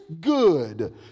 good